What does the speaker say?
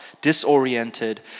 disoriented